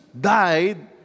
died